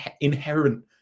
inherent